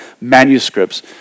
manuscripts